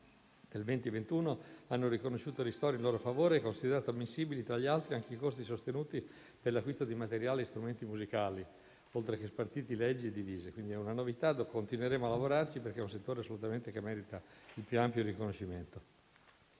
2020-2021 hanno riconosciuto ristori in loro favore, considerando ammissibili, tra gli altri, anche i costi sostenuti per l'acquisto di materiali e strumenti musicali, oltre che di spartiti, leggii e divise. Quindi è una novità su cui continueremo a lavorare, perché si tratta di un settore che merita assolutamente il più ampio riconoscimento.